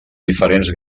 diferents